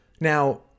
Now